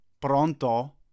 Pronto